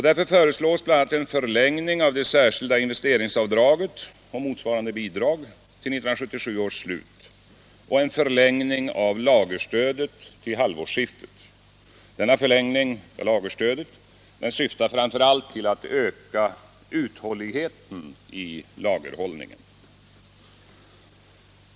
Därför föreslås bl.a. en förlängning av det särskilda investeringsavdraget och motsvarande bidrag till 1977 års slut samt en förlängning av lagerstödet till halvårsskiftet. Denna förlängning av lagerstödet syftar framför allt till att öka uthålligheten i lagerhållningen.